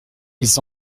ils